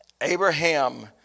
Abraham